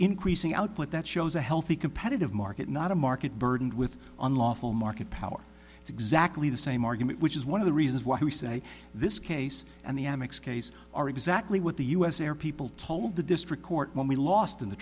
increasing output that shows a healthy competitive market not a market burdened with unlawful market power it's exactly the same argument which is one of the reasons why we say this case and the amex case are exactly what the us air people told the district court when we lost in the